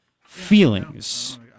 feelings